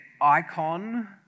icon